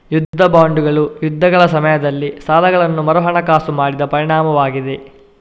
ಯುದ್ಧ ಬಾಂಡುಗಳು ಯುದ್ಧಗಳ ಸಮಯದಲ್ಲಿ ಸಾಲಗಳನ್ನು ಮರುಹಣಕಾಸು ಮಾಡಿದ ಪರಿಣಾಮವಾಗಿದೆ